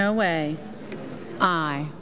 no way i